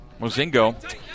Mozingo